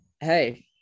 hey